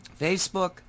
Facebook